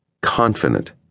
confident